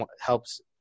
helps